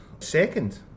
second